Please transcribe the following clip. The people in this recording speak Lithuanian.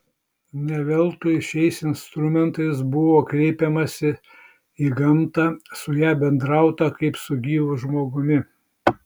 ne veltui šiais instrumentais buvo kreipiamasi į gamtą su ja bendrauta kaip su gyvu žmogumi